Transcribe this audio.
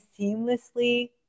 seamlessly